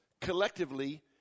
collectively